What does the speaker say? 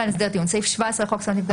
סעיף 17 לחוק זכויות נפגעי עבירה.